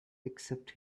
except